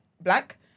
black